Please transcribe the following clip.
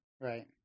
right